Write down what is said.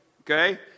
okay